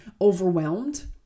overwhelmed